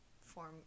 form